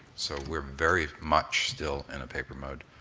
so we're very much still in a paper mode.